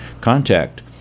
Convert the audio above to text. contact